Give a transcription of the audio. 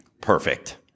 Perfect